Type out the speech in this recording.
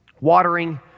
watering